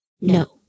No